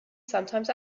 sometimes